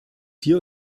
hier